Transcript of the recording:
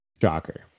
Shocker